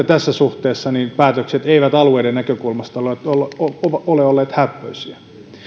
tässä suhteessa alueiden näkökulmasta ole olleet hääppöisiä